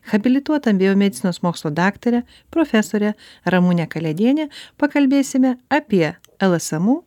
habilituota biomedicinos mokslų daktare profesore ramune kalėdiene pakalbėsime apie lsmu